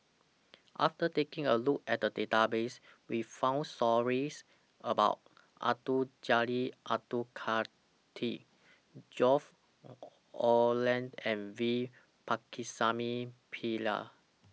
after taking A Look At The Database We found stories about Abdul Jalil Abdul Kadir George Oehlers and V Pakirisamy Pillai